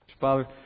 Father